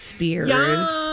Spears